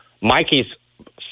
Mikey's